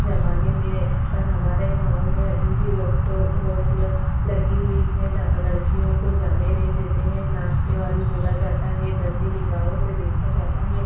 ज़माने में पर हमारे गाँव में अभी भी रोक टोक रोक लगी हुई है लड़कियों को जाने नहीं देते है नाचनेवाली बोला जाता है गन्दी निगाहों से देखा जाता है